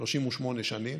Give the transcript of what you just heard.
38 שנים.